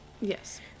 Yes